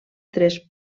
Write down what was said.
tres